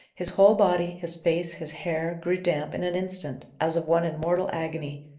his whole body, his face, his hair, grew damp in an instant, as of one in mortal agony,